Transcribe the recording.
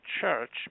church